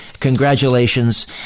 Congratulations